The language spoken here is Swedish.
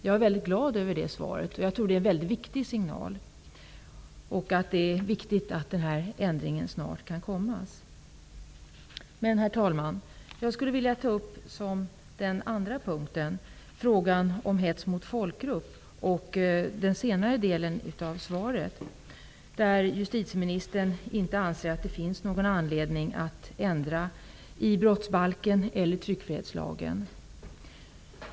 Jag är väldigt glad över det svaret, och jag tror att det är en mycket viktig signal. Dessutom är det viktigt att den här ändringen snart kan komma. Herr talman! Som en andra punkt skulle jag vilja ta upp frågan om hets mot folkgrupp och den senare delen av svaret. Justitieministern anser inte att det finns någon anledning att ändra i brottsbalken eller tryckfrihetslagen.